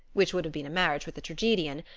which would have been a marriage with the tragedian,